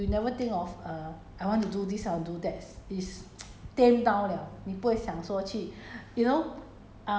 you don't have the not not so lively not so you you never think of err I want to do this I'll do that is